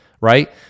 right